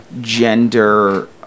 gender